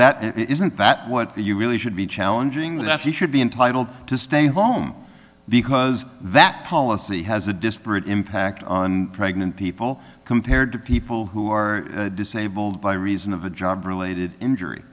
it isn't that what you really should be challenging that she should be entitled to stay home because that policy has a disparate impact on pregnant people compared to people who are disabled by reason of a job related injury